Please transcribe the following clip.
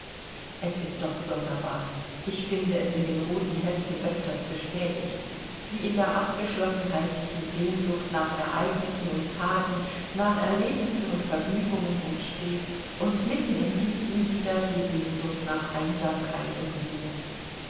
es ist doch sonderbar ich finde es in den roten heften öfters bestätigt wie in der abgeschlossenheit die sehnsucht nach ereignissen und thaten nach erlebnissen und vergnügungen entsteht und mitten in diesen wieder die sehnsucht nach einsamkeit und ruhe